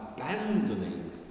Abandoning